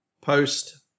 post